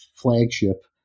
flagship